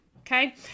Okay